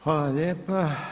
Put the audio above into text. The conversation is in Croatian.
Hvala lijepa.